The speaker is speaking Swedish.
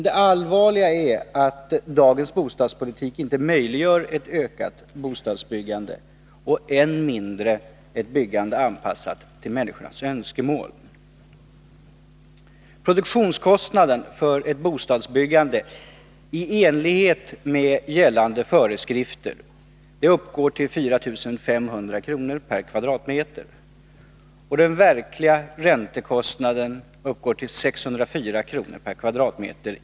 Det allvarliga är att dagens bostadspolitik inte möjliggör ett ökat bostadsbyggande, än mindre ett byggande anpassat till människornas önskemål. Produktionskostnaden för ett bostadsbyggande i enlighet med gällande föreskrifter uppgår till 4 500 kr. m?